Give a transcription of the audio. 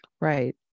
Right